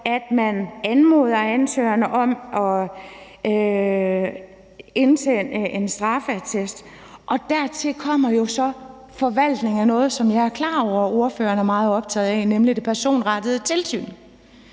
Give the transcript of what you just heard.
at man anmoder ansøgerne om at indsende en straffeattest. Dertil kommer jo så forvaltning og noget, som jeg er klar over ordførerne meget optaget af, nemlig det personrettede tilsyn.